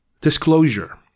Disclosure